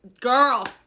girl